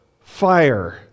fire